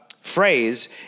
phrase